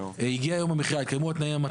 הגיע יום המכירה והתקיימו התנאים המתאימים.